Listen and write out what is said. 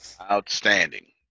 Outstanding